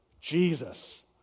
Jesus